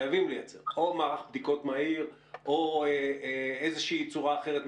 חייבים לייצר מערך בדיקות מהיר או איזושהי צורה אחרת,